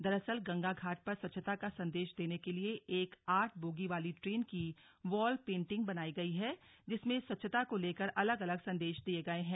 दरअसल गंगा घाट पर स्वच्छता का संदेश देने के लिए एक आठ बोगी वाली ट्रेन की वॉल पेंटिंग बनाई गयी है जिसमें स्वच्छता को लेकर अलग अलग संदेश दिये गये हैं